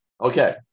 Okay